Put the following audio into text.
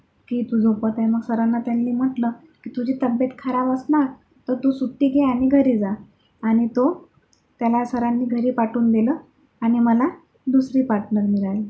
की तो झोपत आहे मग सरांना त्याने म्हटलं की तुझी तब्येत खराब असणार तर तू सुट्टी घे आणि घरी जा आणि तो त्याला सरांनी घरी पाठवून दिलं आणि मला दुसरी पार्टनर मिळाली